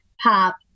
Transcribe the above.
pop